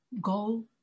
go